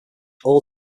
all